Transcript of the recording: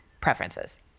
preferences